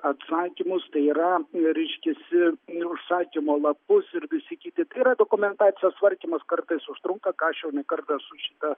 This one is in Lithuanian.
atsakymus tai yra reiškiasi užsakymo lapus ir visi kiti tai yra dokumentacijos tvarkymas kartais užtrunka ką aš jau ne kartą su šita